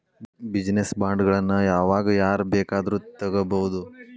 Business ಬಾಂಡ್ಗಳನ್ನ ಯಾವಾಗ್ ಯಾರ್ ಬೇಕಾದ್ರು ತಗೊಬೊದು?